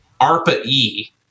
ARPA-E